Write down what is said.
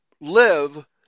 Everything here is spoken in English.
live